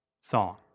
song